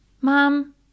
mom